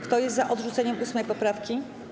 Kto jest za odrzuceniem 8. poprawki?